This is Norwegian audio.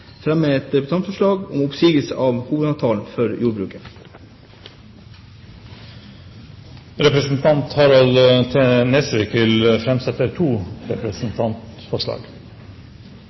et representantforslag om oppsigelse av hovedavtalen for jordbruket. Representanten Harald T. Nesvik vil framsette to representantforslag.